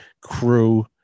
crew